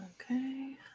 Okay